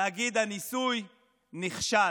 להגיד: הניסוי נכשל,